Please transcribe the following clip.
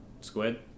Squid